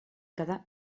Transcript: quedar